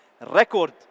record